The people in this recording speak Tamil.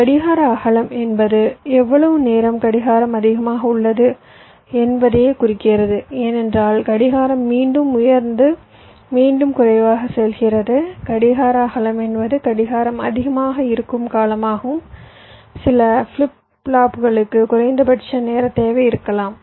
கடிகார அகலம் என்பது எவ்வளவு நேரம் கடிகாரம் அதிகமாக உள்ளது என்பதையே குறிக்கிறது ஏனென்றால் கடிகாரம் மீண்டும் உயர்ந்து மீண்டும் குறைவாக செல்கிறது கடிகார அகலம் என்பது கடிகாரம் அதிகமாக இருக்கும் காலமாகும் சில ஃபிளிப் ஃப்ளாப்புகளுக்கு குறைந்தபட்ச நேரத் தேவை இருக்கலாம்